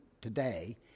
today